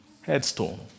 headstone